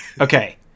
Okay